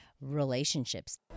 relationships